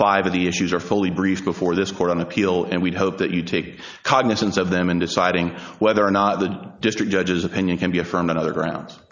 five of the issues are fully briefed before this court on appeal and we'd hope that you take cognizance of them in deciding whether or not the district judge's opinion can be affirmed on other grounds